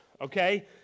Okay